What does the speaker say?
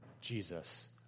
Jesus